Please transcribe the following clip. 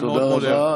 תודה רבה.